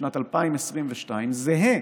בשנת 2022 זהה